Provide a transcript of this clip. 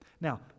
Now